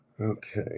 Okay